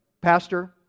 Pastor